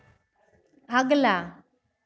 अगला